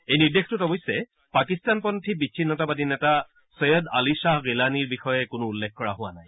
এই নিৰ্দেশটোত অৱশ্যে পাকিস্তানপন্থী বিছিন্নতাবাদী নেতা চৈয়দ আলি খাহ গিলানীৰ বিষয়ে কোনো উল্লেখ কৰা হোৱা নাই